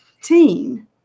teen